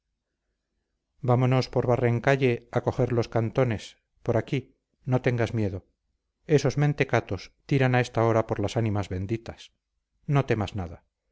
vámonos por barrencalle a coger los cantones por aquí no tengas miedo esos mentecatos tiran a esta hora por las ánimas benditas no temas nada